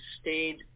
stayed